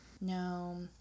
No